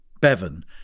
Bevan